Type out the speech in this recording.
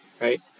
right